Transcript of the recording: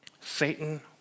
Satan